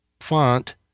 font